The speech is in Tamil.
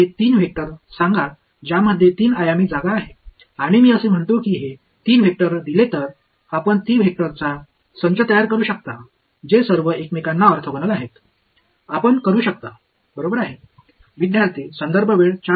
இந்த 3 வெக்டர்களின் 3 பரிமாண இடமும் இந்த 3 வெக்டர்களும் கொடுக்கப்பட்டால் ஒன்றுக்கொன்று ஆர்த்தோகனல் ஆக 3 வெக்டர்களின் தொகுப்பை உருவாக்க முடியுமா நீங்கள் சொல்வது சரிதான்